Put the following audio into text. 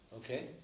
Okay